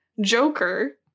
Joker